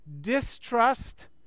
distrust